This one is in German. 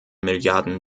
milliarden